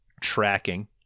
tracking